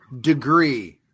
degree